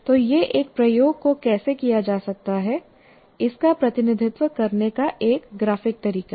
तो यह एक प्रयोग को कैसे किया जा सकता है इसका प्रतिनिधित्व करने का एक ग्राफिक तरीका है